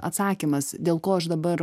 atsakymas dėl ko aš dabar